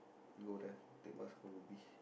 we go there take bus go Ubi